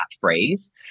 phrase